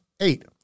Eight